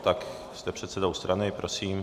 Tak jste předsedou strany, prosím.